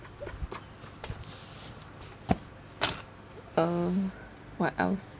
uh what else